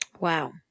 wow